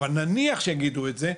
אבל נניח שיגידו את זה,